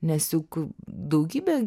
nes juk daugybė